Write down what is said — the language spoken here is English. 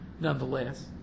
Nonetheless